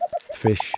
Fish